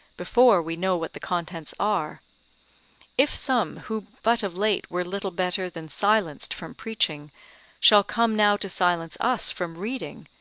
before we know what the contents are if some who but of late were little better than silenced from preaching shall come now to silence us from reading,